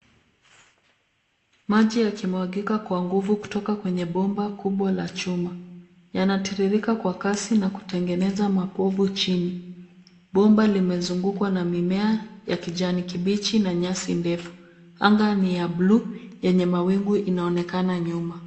Maji yakimwagika kwa nguvu kutoka kwenye bomba kubwa la chuma. Yanatiririka kwa kasi na kutengeneza mapovu chini. Bomba limezungukwa na mimea ya kijani kibichi na nyasi ndefu. Anga ni ya bluu yenye mawingu inaonekana nyuma.